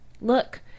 Look